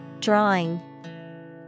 Drawing